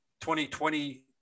2020